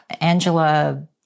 Angela